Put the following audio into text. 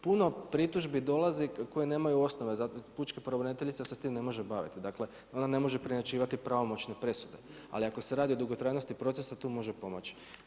Puno pritužbi dolazi koje nemaju osnove, pučka pravobraniteljica se time ne može baviti, dakle ona ne može preinačivati pravomoćne presude ali ako se radi o dugotrajnosti procesa tu može pomoći.